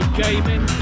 gaming